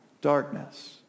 darkness